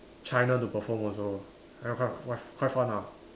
China to perform also then quite quite quite fun ah